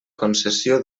concessió